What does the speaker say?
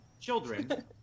Children